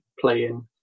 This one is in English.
playing